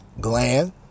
gland